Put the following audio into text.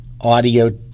audio